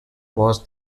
was